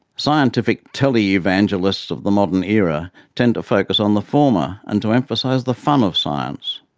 scientific tele-evangelists of the modern era tend to focus on the former, and to emphasise the fun of science,